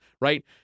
right